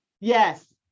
Yes